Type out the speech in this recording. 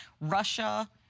Russia